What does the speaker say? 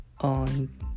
on